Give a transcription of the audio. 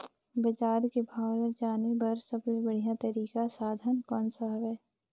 बजार के भाव ला जाने बार सबले बढ़िया तारिक साधन कोन सा हवय?